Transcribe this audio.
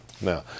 Now